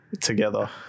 together